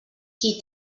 qui